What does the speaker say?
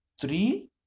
Three